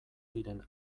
diren